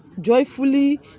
Joyfully